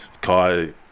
Kai